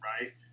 right